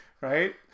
right